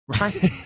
right